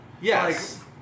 Yes